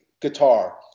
guitar